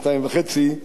כמה שזכור לי,